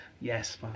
Yes